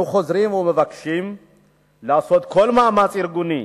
אנו חוזרים ומבקשים לעשות כל מאמץ ארגוני